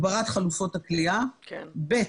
הגברת חלופות הכליאה, ב.